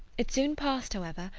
it soon passed, however,